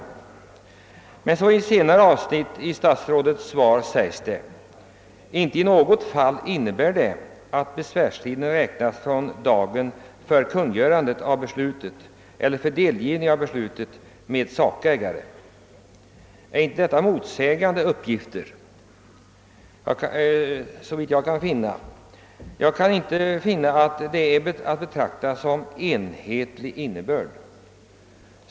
Men i ett senare avsnitt i statsrådets svar heter det: »Inte i något fall innebär det att besvärstiden räknas från dagen för kungörandet av beslutet eller för delgivningen av beslutet med sakägare.» Är inte dessa uppgifter motsägande? Jag kan i varje fall inte finna att formuleringarna har enhetlig innebörd.